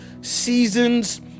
seasons